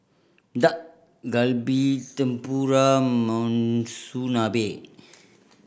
Dak Galbi Tempura Monsunabe